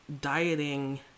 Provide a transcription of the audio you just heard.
dieting